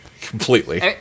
Completely